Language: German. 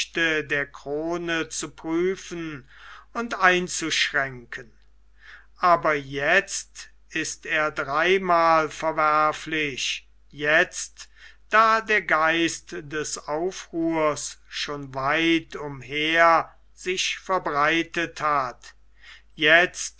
der krone zu prüfen und einzuschränken aber jetzt ist er dreimal verwerflich jetzt da der geist des aufruhrs schon weit umher sich verbreitet hat jetzt